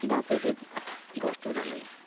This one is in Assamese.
বা পিঠিত বস্তু টানে